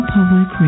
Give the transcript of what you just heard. Public